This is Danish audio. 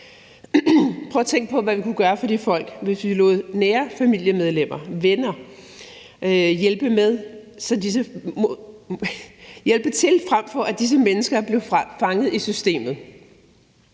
Prøv at tænke på, hvad vi kunne gøre for de folk, hvis vi lod nære familiemedlemmer og venner hjælpe til, frem for at disse mennesker blev fanget i systemet.